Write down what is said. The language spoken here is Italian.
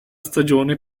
stagione